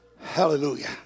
Hallelujah